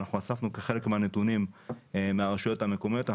אספנו חלק מהנתונים מהרשויות המקומיות.